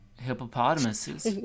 hippopotamuses